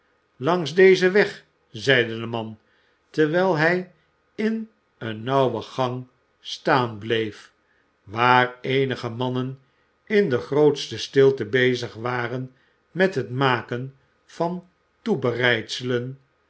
langs dezen weg zeide de man terwijl hij in een nauwe gang staan b eef waar eenige mannen in de grootste stilte bezig waren met het maken van